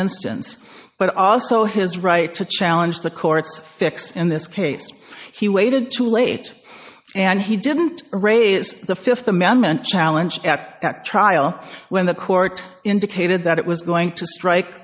instance but also his right to challenge the court's fix in this case he waited too late and he didn't raise the th amendment challenge at that trial when the court indicated that it was going to strike